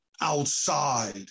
outside